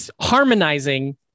harmonizing